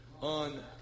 on